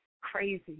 crazy